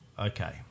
Okay